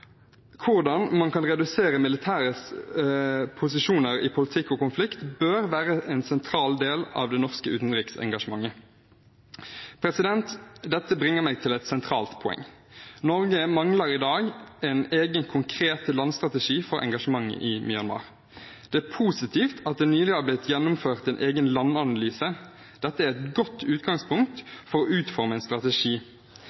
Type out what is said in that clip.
Hvordan man kan redusere militærets posisjoner i politikk og konflikt, bør være en sentral del av det norske utenriksengasjementet. Dette bringer meg til et sentralt poeng: Norge mangler i dag en egen konkret landstrategi for engasjementet i Myanmar. Det er positivt at det nylig har blitt gjennomført en egen landanalyse. Dette er et godt